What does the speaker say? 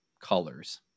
colors